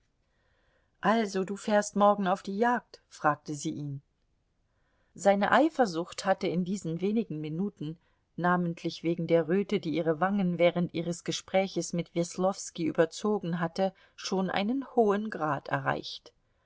also du fährst morgen auf die jagd fragte sie ihn seine eifersucht hatte in diesen wenigen minuten namentlich wegen der röte die ihre wangen während ihres gespräches mit weslowski überzogen hatte schon einen hohen grad erreicht